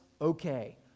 okay